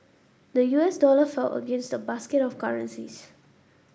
the U S dollar fell against the basket of currencies